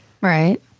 Right